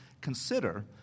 consider